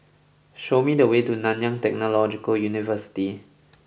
show me the way to Nanyang Technological University